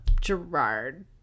Gerard